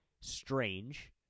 strange